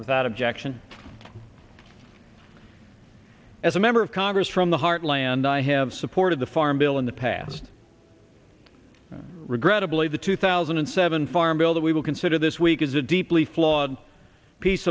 without objection as a member of congress from the heartland i have supported the farm bill in the past regrettably the two thousand and seven farm bill that we will consider this week is a deeply flawed piece